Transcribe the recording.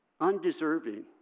undeserving